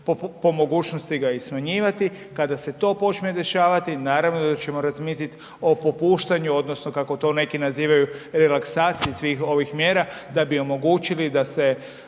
po mogućnosti ga i smanjivati. Kada se to počne dešavati, naravno da ćemo razmisliti o popuštanju, odnosno kako to neki nazivaju, relaksaciji svih ovih mjera da bi omogućili da se